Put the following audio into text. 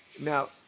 Now